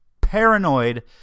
Paranoid